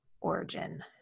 origin